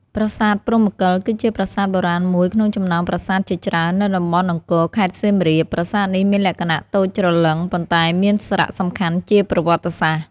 ប្រាសាទព្រហ្មកិល គឺជាប្រាសាទបុរាណមួយក្នុងចំណោមប្រាសាទជាច្រើននៅតំបន់អង្គរ ខេត្តសៀមរាប ប្រាសាទនេះមានលក្ខណៈតូចច្រឡឹង ប៉ុន្តែមានសារៈសំខាន់ជាប្រវត្តិសាស្ត្រ។